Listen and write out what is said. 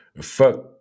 Fuck